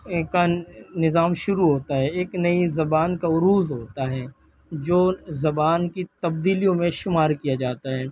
نظام شروع ہوتا ہے ایک نئی زبان کا عروج ہوتا ہے جو زبان کی تبدیلیوں میں شمار کیا جاتا ہے